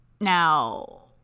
now